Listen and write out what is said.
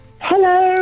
Hello